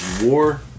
war